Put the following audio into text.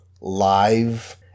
live